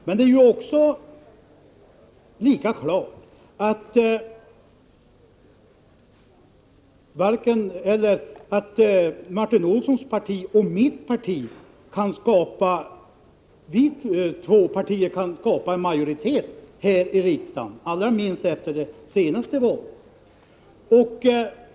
Det är också lika klart att varken Martin Olssons eller mitt parti ensamma kan skapa en majoritet här i riksdagen, allra minst efter det senaste valet.